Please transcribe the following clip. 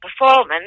performance